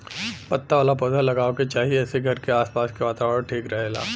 पत्ता वाला पौधा लगावे के चाही एसे घर के आस पास के वातावरण ठीक रहेला